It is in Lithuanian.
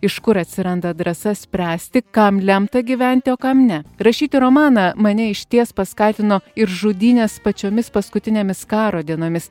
iš kur atsiranda drąsa spręsti kam lemta gyventi o kam ne rašyti romaną mane išties paskatino ir žudynės pačiomis paskutinėmis karo dienomis